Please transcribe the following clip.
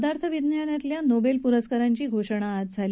पदार्थ विज्ञानातल्या नोबेल प्रस्कारांची घोषणा आज झाली